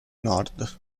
nord